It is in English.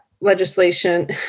legislation